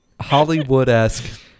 hollywood-esque